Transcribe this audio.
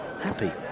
happy